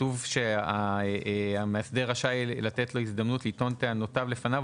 כתוב שהמאסדר רשאי לתת לו הזדמנות לטעון טענותיו לפניו,